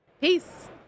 Peace